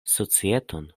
societon